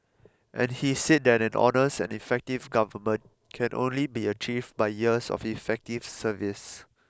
and he said that an honest and effective government can only be achieved by years of effective service